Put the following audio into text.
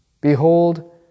Behold